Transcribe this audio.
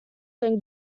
then